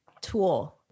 tool